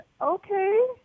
okay